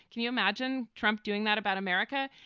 can you imagine trump doing that about america?